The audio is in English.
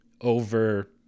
over